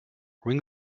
ring